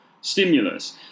stimulus